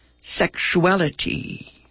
sexuality